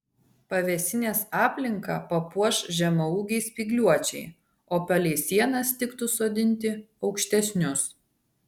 pavėsinės aplinką papuoš žemaūgiai spygliuočiai o palei sienas tiktų sodinti aukštesnius